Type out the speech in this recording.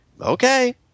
okay